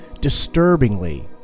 disturbingly